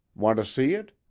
want to see it?